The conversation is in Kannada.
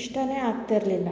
ಇಷ್ಟವೇ ಆಗ್ತಿರಲಿಲ್ಲ